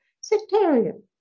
sectarian